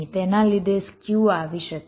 તેના લીધે સ્ક્યુ આવી શકે છે